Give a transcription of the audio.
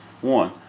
one